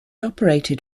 operated